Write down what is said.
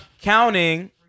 counting